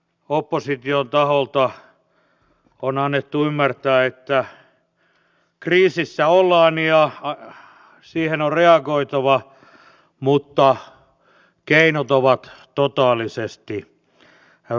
opposition taholta on annettu ymmärtää että kriisissä ollaan ja siihen on reagoitava mutta keinot ovat totaalisesti vääriä